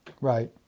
Right